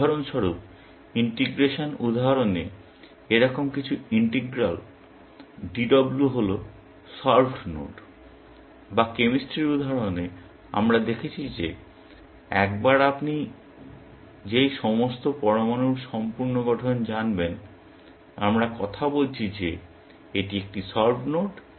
উদাহরণ স্বরূপ ইন্টিগ্রেশন উদাহরণে এরকম কিছু ইন্টিগ্রেল DW হল সলভড নোড বা কেমিস্ট্রির উদাহরণে আমরা দেখেছি যে একবার আপনি যেই সমস্ত পরমাণুর সম্পূর্ণ গঠন জানবেন আমরা কথা বলছি যে এটি একটি সলভড নোড